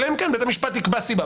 אלא אם כן בית המשפט יקבע סיבה.